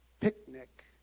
picnic